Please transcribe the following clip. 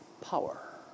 Power